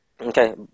Okay